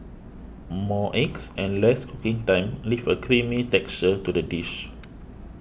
more eggs and less cooking time leave a creamy texture to the dish